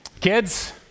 Kids